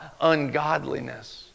ungodliness